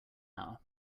hour